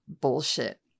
bullshit